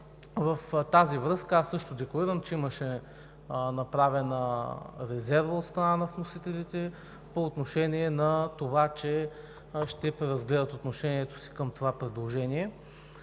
В тази връзка аз също декларирам, че имаше направена резерва от страна на вносителите, че ще преразгледат отношението си към предложението.